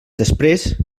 després